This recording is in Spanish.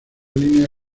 línea